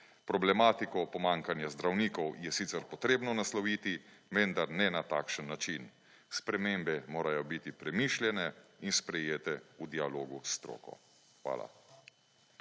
Problematiko o pomanjkanju zdravnikov je sicer potrebno nasloviti, vendar ne na takšen način. Spremembe morajo biti premišljene in sprejete v dialogu s stroko. Hvala.